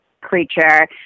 creature